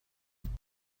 that